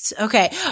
Okay